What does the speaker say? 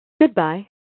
Goodbye